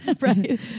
right